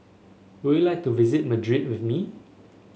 would you like to visit Madrid with me